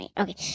Okay